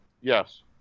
Yes